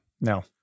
no